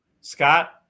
Scott